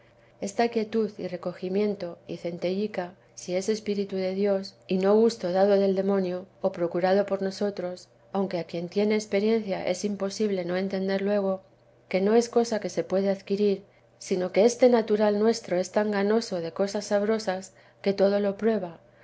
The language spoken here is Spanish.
esta quietud y recogimiento y centellica sí es espíritu de dios y no gusto dado del demonio o procurado por nosotros aunque a quien tiene experiencia es imposible no entender luego que no es cosa que se puede adquirir sino que esté natural nuestro es tan ganoso de cosas sabrosas que todo lo prueba